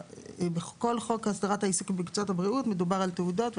בכל חוק הסדרת העיסוק במקצועות הבריאות מדובר על תעודות,